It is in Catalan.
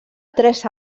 tres